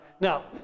Now